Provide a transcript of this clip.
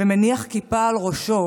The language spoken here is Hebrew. ומניח כיפה על ראשו,